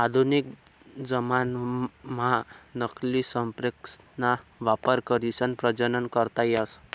आधुनिक जमानाम्हा नकली संप्रेरकसना वापर करीसन प्रजनन करता येस